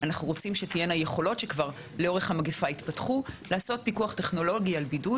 אנחנו רוצים שתהיינה יכולות לעשות פיקוח טכנולוגי על בידוד.